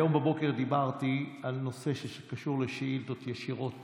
היום בבוקר דיברתי על נושא שקשור לשאילתות ישירות